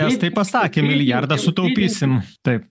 estai pasakė milijardą sutaupysim taip